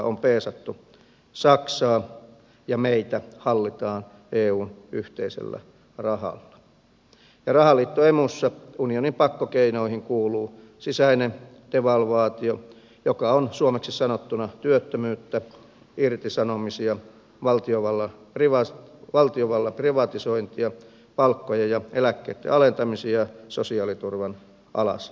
on peesattu saksaa ja meitä hallitaan eun yhteisellä rahalla ja rahaliitto emussa unionin pakkokeinoihin kuuluu sisäinen devalvaatio joka on suomeksi sanottuna työttömyyttä irtisanomisia valtiovallan privatisointia palkkojen ja eläkkeitten alentamisia sosiaaliturvan alasajoa